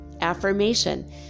Affirmation